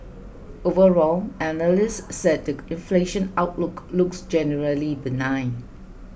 overall analysts said the inflation outlook looks generally benign